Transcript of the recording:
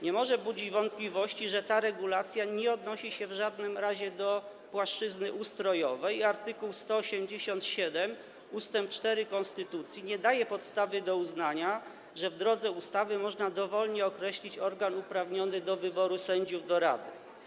Nie może budzić wątpliwości, że ta regulacja nie odnosi się w żadnym razie do płaszczyzny ustrojowej i art. 187 ust. 4 konstytucji nie daje podstawy do uznania, że w drodze ustawy można dowolnie określić organ uprawniony do wyboru sędziów do rady.